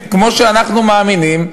כמו שאנחנו מאמינים,